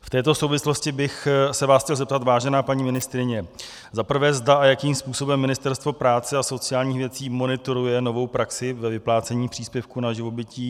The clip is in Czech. V této souvislosti bych se vás chtěl zeptat, vážená paní ministryně, za prvé, zda a jakým způsobem Ministerstvo práce a sociálních věcí monitoruje novou praxi ve vyplácení příspěvku na živobytí.